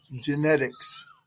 genetics